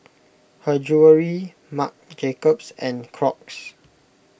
Her Jewellery Marc Jacobs and Crocs